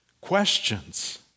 questions